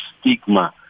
stigma